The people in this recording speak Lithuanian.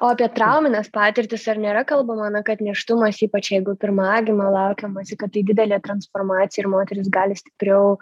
o apie traumines patirtis ar nėra kalbama na kad nėštumas ypač jeigu pirmagimio laukiamasi kad tai didelė transformacija ir moteris gali stipriau